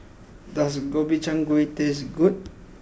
does Gobchang Gui taste good